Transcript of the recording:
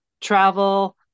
travel